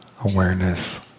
awareness